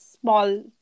small